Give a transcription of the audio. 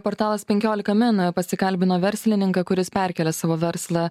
portalas penkiolika min pasikalbino verslininką kuris perkelia savo verslą